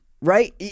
Right